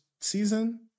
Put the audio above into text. season